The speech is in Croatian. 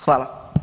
Hvala.